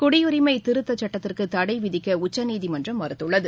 குடியிரிமை திருத்த சட்டத்திற்கு தடை விதிக்க உச்சநீதிமன்றம் மறுத்துள்ளது